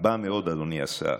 רבה מאוד, אדוני השר.